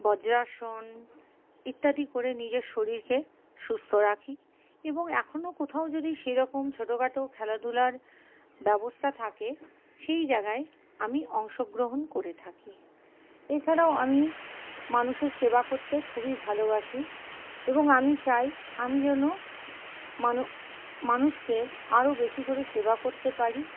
বজ্রাসন ইত্যাদি করে নিজের শরীরকে সুস্থ রাখি এবং এখনও কোথাও যদি সেরকম ছোটোখাটো খেলাধুলার ব্যবস্থা থাকে সেই জায়গায় আমি অংশগ্রহণ করে থাকি এছাড়াও আমি মানুষের সেবা করতে খুবই ভালোবাসি এবং আমি চাই আমি যেন মানুষকে আরও বেশি করে সেবা করতে পারি